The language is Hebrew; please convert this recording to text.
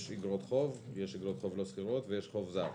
יש אגרות חוב, יש אגרות חוב לא סחירות ויש חוב זר.